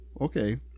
okay